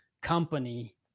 company